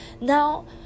Now